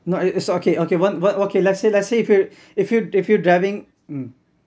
no it's okay okay what what okay let's say let's say if you're if you're driving mm